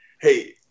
Hey